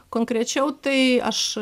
konkrečiau tai aš